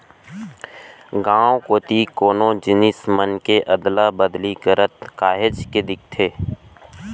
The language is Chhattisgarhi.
गाँव कोती कोनो जिनिस मन के अदला बदली करत काहेच के दिखथे